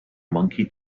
monkey